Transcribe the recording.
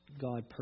God